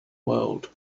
world